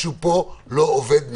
משהו פה לא עובד נכון,